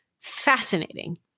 Fascinating